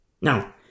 Now